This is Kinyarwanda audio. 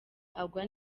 agwa